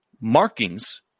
markings